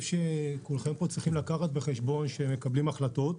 שכולכם צריכים לקחת בחשבון כשמקבלים החלטות.